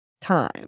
time